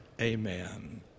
Amen